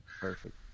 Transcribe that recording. Perfect